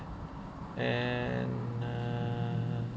and uh